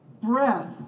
breath